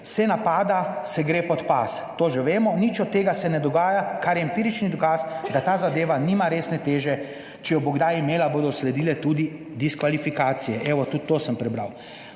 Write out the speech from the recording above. se napada, se gre pod pas…" - to že vemo - "…nič od tega se ne dogaja, kar je empirični dokaz, da ta zadeva nima resne teže, če jo bo kdaj imela, bodo sledile tudi diskvalifikacije." Evo, tudi to sem prebral.